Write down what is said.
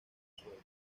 suelo